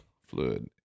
fluid